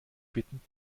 bitten